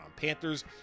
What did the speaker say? Panthers